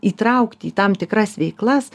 įtraukti į tam tikras veiklas